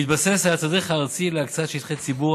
בהתבסס על התדריך הארצי להקצאת שטחי ציבור,